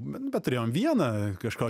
bet turėjom vieną kažkokį